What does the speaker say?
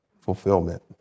fulfillment